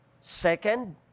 Second